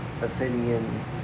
Athenian